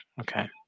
Okay